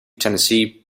tennessee